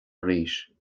arís